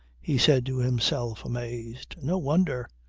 he said to himself amazed. no wonder.